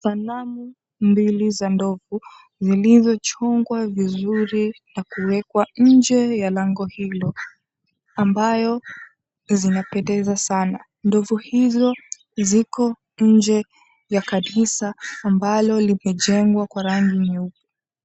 Sanamu mbili za ndovu zilizochungwa vizuri na kuwekwa inje ya lango hilo ambayo zinapendeza sana. Ndovu hizo ziko inje ya kanisa ambalo limejengwa kwa rangi nyeupe.